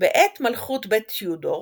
בעת מלכות בית טיודור